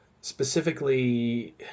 specifically